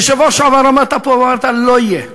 ובשבוע שעבר עמדת פה ואמרת: לא יהיה,